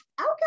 okay